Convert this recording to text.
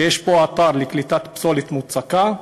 שיש בו אתר לקליטת פסולת מוצקה,